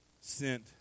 sent